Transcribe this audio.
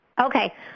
Okay